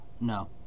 No